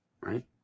right